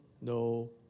no